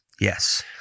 Yes